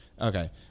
okay